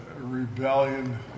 rebellion